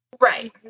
Right